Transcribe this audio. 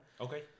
okay